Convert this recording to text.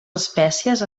espècies